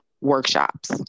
workshops